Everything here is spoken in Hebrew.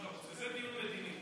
זה דיון מדיני.